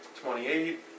twenty-eight